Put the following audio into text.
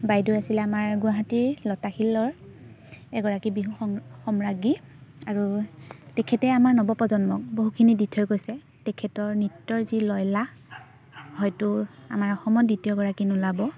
বাইদেউ আছিলে আমাৰ গুৱাহাটীৰ লতাশিলৰ এগৰাকী বিহু সম্ৰাজ্ঞী আৰু তেখেতে আমাৰ নৱপ্ৰজন্মক বহুখিনি দি থৈ গৈছে তেখেতৰ নৃত্যৰ যি লয়লাস হয়তো আমাৰ অসমত দ্বিতীয় এগৰাকী নোলাব